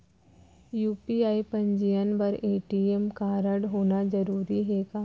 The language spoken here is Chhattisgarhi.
यू.पी.आई पंजीयन बर ए.टी.एम कारडहोना जरूरी हे का?